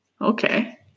okay